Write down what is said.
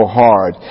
hard